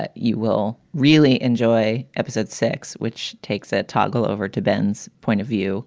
ah you will really enjoy episode six, which takes it toggle over to ben's point of view